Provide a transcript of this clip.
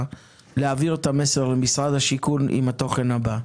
להעביר את המסר למשרד השיכון עם התוכן הבא: